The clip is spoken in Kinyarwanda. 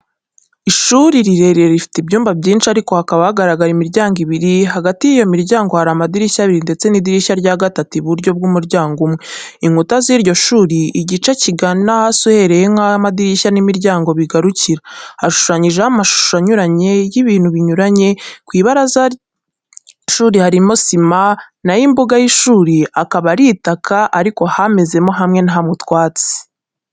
Ishuri rirerire rifite ibyumba byinshi ariko hakaba hagaragara imiryango ibiri, hagati y'iyo miryango hari amadirishya abiri ndetse n'irindi dirishya rya gatatu iburyo bw'umuryango umwe, inkuta z'iryo shuri, igice kigana hasi uhereye nk'aho amadirishya n'imiryango bigarukira, hashushanyijeho amashusho anyuranye y'ibintu binyuranye, ku ibaraza ry'ishuri harimo sima naho imbuga y'ishuri, akaba ari itaka ariko hamezemo hamwe na hamwe utwatsi.